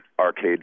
Arcade